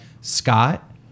Scott